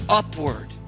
upward